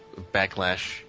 backlash